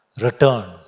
return